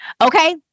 Okay